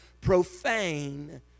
profane